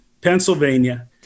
Pennsylvania